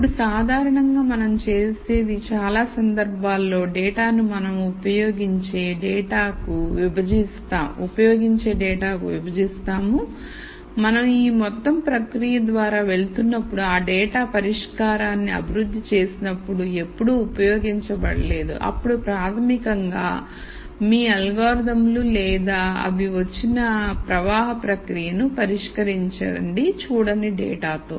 ఇక్కడ సాధారణంగా మనం చేసేది చాలా సందర్భాల్లో డేటాను మనం ఉపయోగించే డేటాకు విభజిస్తాము మనం ఈ మొత్తం ప్రక్రియ ద్వారా వెళుతున్నప్పుడుఆ డేటా పరిష్కారాన్ని అభివృద్ధి చేస్తున్నప్పుడు ఎప్పుడూ ఉపయోగించబడే లేదు అప్పుడు ప్రాథమికంగా మీ అల్గోరిథంలు లేదా అవి వచ్చిన ప్రవాహ ప్రక్రియను పరీక్షించండి చూడని డేటాతో